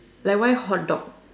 like why hotdog